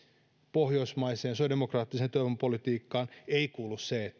pohjoismaiseen sosiaalidemokraattiseen työvoimapolitiikkaan ei kuulu se